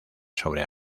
sobre